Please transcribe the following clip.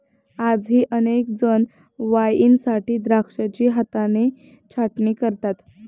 आजही अनेक जण वाईनसाठी द्राक्षांची हाताने छाटणी करतात